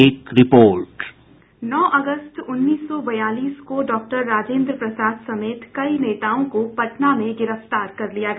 एक report sound bite नौ अगस्त उन्नीस सौ बयालीस को डॉक्टर राजेन्द्र प्रसाद समेत कई नेताओं को पटना में गिरफ्तार कर लिया गया